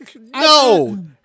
No